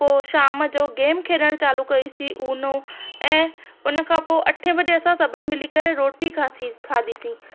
पोइ शाम जो गेम खेॾण चालू कईसीं उनो ऐं हुन खां पोइ अठे बजे असां सभिनी मिली करे रोटी खाधी खाधीसीं